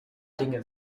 dinge